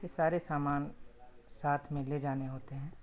یہ سارے سامان ساتھ میں لے جانے ہوتے ہیں